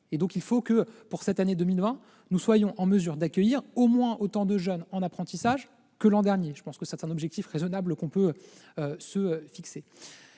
faut donc que, pour cette année 2020, nous soyons en mesure d'accueillir au moins autant de jeunes en apprentissage que l'an dernier. Je pense que c'est un objectif raisonnable que nous pouvons nous fixer.